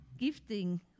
gifting